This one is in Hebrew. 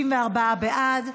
חוק